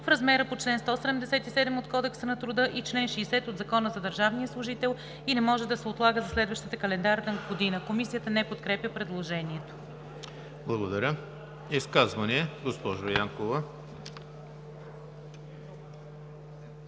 в размера по чл. 177 от Кодекса на труда и чл. 60 от Закона за държавния служител и не може да се отлага за следващата календарна година.“ Комисията не подкрепя предложението. ПРЕДСЕДАТЕЛ ЕМИЛ ХРИСТОВ: Изказвания? Госпожо Янкова.